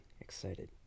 excited